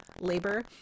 labor